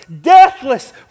deathless